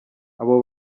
abo